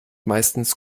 meistens